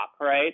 right